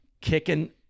Kicking